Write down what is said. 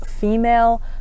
female